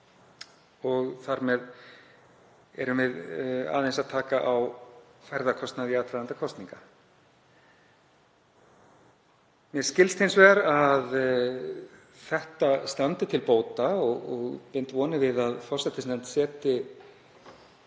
Þar með erum við aðeins að taka á ferðakostnaði í aðdraganda kosninga. Mér skilst hins vegar að þetta standi til bóta og bind vonir við að forsætisnefnd setji